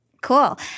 Cool